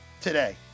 today